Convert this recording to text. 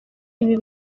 ibi